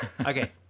Okay